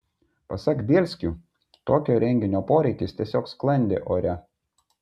pasak bielskių tokio renginio poreikis tiesiog sklandė ore